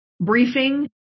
briefing